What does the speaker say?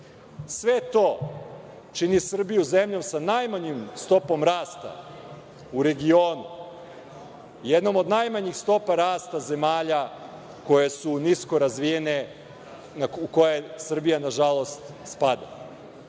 Sve to čini Srbiju zemljom sa najmanjom stopom rasta u regionu. Jednom od najmanjih stopa rasta zemalja koje su nisko razvijene, u koje Srbija nažalost spada.